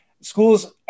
Schools